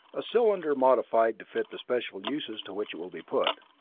a cylinder modified to fit the special uses to which it will be put.